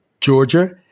Georgia